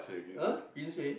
ah Queensway